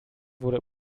wurde